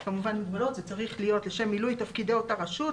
זה צריך להיות "לשם מילוי תפקידי אותה רשות,